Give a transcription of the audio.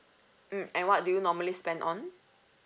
mm and what do you normally spend on